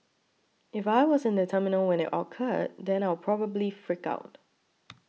if I was in the terminal when it occurred then I'll probably freak out